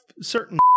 certain